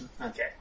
Okay